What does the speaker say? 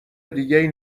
دیگه